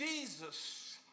Jesus